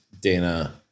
Dana